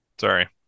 Sorry